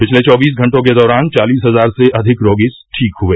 पिछले चौबीस घंटों के दौरान चालीस हजार से अधिक रोगी ठीक हुए